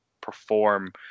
perform